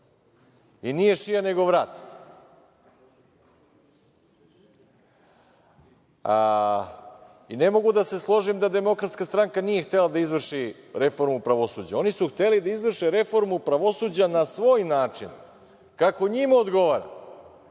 nije šija nego vrat. Ne mogu da se složim da DS nije htela da izvrši reformu pravosuđa. Oni su hteli da izvrše reformu pravosuđa na svoj način kako njima odgovara,